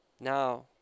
Now